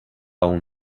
our